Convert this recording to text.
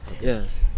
Yes